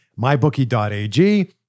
mybookie.ag